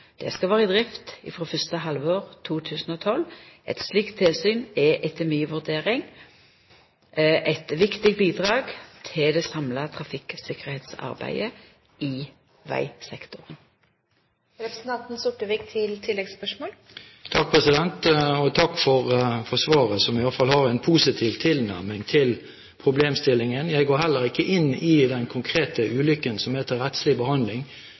Det skal vera i drift frå fyrste halvår 2012. Eit slikt tilsyn er etter mi vurdering eit viktig bidrag til det samla trafikktryggleiksarbeidet i vegsektoren. Takk for svaret, som i hvert fall har en positiv tilnærming til problemstillingen. Jeg går heller ikke inn i den konkrete ulykken som er til rettslig behandling,